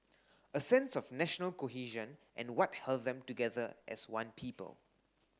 a sense of national cohesion and what held them together as one people